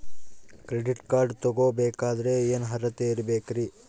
Credit card ತೊಗೋ ಬೇಕಾದರೆ ಏನು ಅರ್ಹತೆ ಇರಬೇಕ್ರಿ?